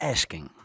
Asking